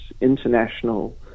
international